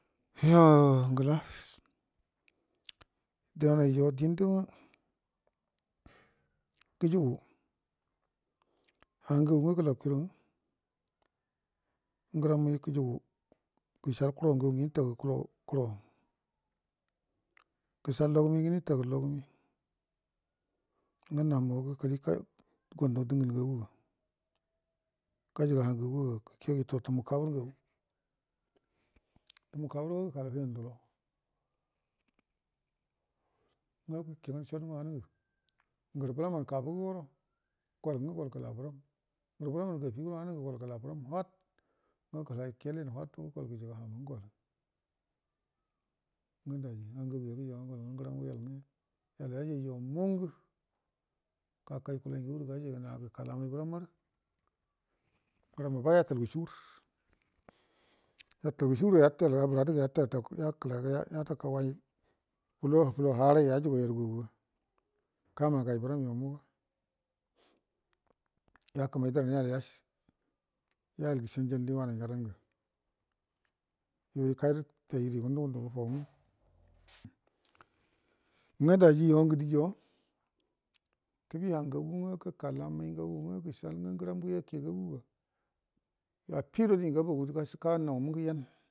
Yoh ngəla dənaiyo dində ma gəjəgu hangagu ngə gəlakuirə ngə gəsal koro ngagu kuro gəsal logume ngen gətagə logəme ngə namuhuwa gakali gondo dəngəl ngaguga gajəga hangaguga gəkegə kairu tumu kabər ngagu tumu kabər go gəkal huyan ndəlo ngə gəkegan sod ngə wanugu ngərə bəramman kabəgoro gol ngə gol gəla bəram ngərə bərəman gafi goro wanungə gol ngə gol gəla bəram wahd kəlai keleyen wahd dugo gol gəjiga hangə gol gəjəga golə ngəram yol ngə yal yajaiyo mungə gakai kula ngəgu ngəra ba yatalgu sugur yatagə sugurga yatede bəradəga yadakau yai fulaga fula haraiga yajugu yarugaguga kama gai bəram yo muga ya kəmai yalgə sanjalni wanainga dan yuyə kairə tai gədə yugundə ngəndunga dan ngə dajiyo diyo kəbi hangagu gəkal amaingagu gəsal ngəram yakegagu afigədo diga buwagu gase annau ngə yen